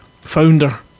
founder